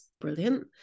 brilliant